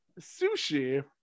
sushi